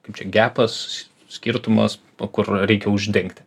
kaip čia gepas skirtumas nu kur reikia uždengti